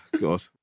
God